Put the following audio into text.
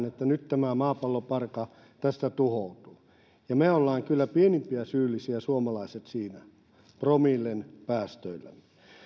että nyt tämä maapallo parka tästä tuhoutuu me suomalaiset olemme kyllä pienimpiä syyllisiä siinä promillen päästöillämme